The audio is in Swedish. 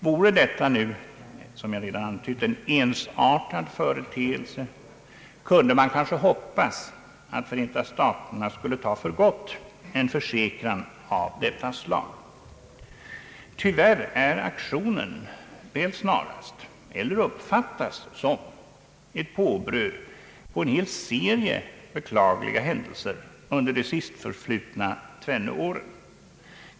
Vore det nu, som jag redan antytt, en ensartad företeelse, kunde man kanske hoppas att Förenta staterna skulle ta för gott en försäkran av detta slag. Tyvärr är aktionen väl snarast — eller uppfattas som — ett påbröd på en hel serie beklagliga händelser under de sistförflutna tvenne åren.